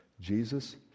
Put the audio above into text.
jesus